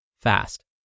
fast